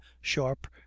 sharp